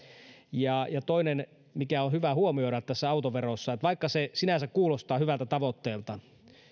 ja ja toinen asia mikä on hyvä huomioida tässä autoveron alennuksessa on että vaikka se sinänsä kuulostaa hyvältä tavoitteelta